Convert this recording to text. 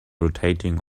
rotating